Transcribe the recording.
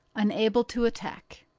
unable to attack.